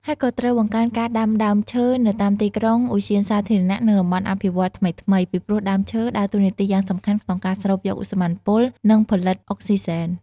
ហើយក៏ត្រូវបង្កើនការដាំដើមឈើនៅតាមទីក្រុង ឧទ្យានសាធារណៈ និងតំបន់អភិវឌ្ឍន៍ថ្មីៗ ពីព្រោះដើមឈើដើរតួនាទីយ៉ាងសំខាន់ក្នុងការស្រូបយកឧស្ម័នពុល និងផលិតអុកស៊ីហ្សែន។